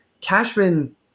Cashman